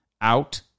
out